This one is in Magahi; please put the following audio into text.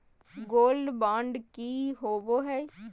गोल्ड बॉन्ड की होबो है?